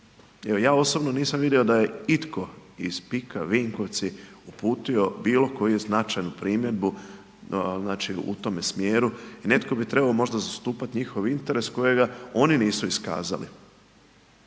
ja osobno nisam vidio da je itko iz Pika Vinkovci uputio bilo koju značajnu primjedbu znači u tome smjeru i netko bi trebao možda zastupati njihove interese kojega oni nisu iskazali.